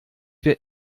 wir